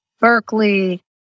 Berkeley